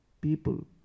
people